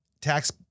tax